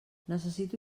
necessito